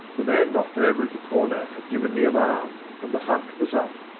the man knocked over at the corner had given the alarm, and the hunt was up.